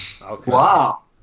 Wow